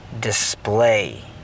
display